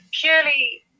purely